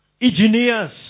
engineers